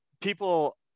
people